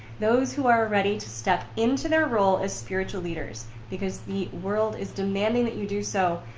those who are ready to step into their role as spiritual leaders because the world is demanding that you do so.